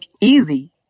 easy